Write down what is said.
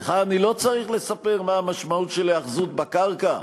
לך אני לא צריך לספר מה המשמעות של היאחזות בקרקע,